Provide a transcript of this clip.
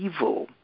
evil